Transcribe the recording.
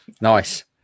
Nice